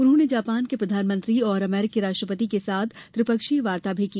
उन्होंने जापान के प्रधानमंत्री और अमरीकी राष्ट्रपति के साथ त्रिपक्षीय वार्ता भी की